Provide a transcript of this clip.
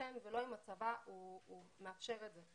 אתכם ולא עם הצבא מאפשר את זה.